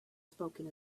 spoken